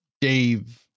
Dave